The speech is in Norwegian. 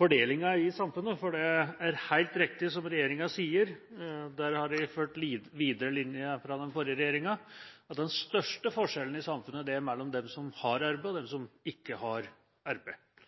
fordelingen i samfunnet. For det er helt riktig som regjeringa sier – der har de videreført linja fra den forrige regjeringa – at den største forskjellen i samfunnet er mellom dem som har arbeid, og dem som ikke har arbeid.